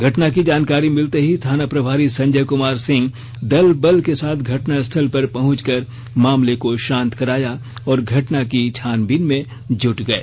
घटना की जानकारी मिलते ही थाना प्रभारी संजय कुमार सिंह दलबल के साथ घटनास्थल पर पहुंचकर मामले को शांत कराया और घटना की छानबीन में जुट गए